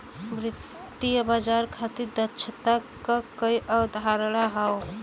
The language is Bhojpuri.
वित्तीय बाजार खातिर दक्षता क कई अवधारणा हौ